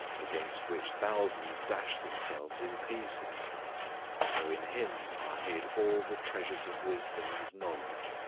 against which thousands dash themselves in pieces though in him are hid all the treasures of wisdom and knowledge,